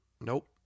Nope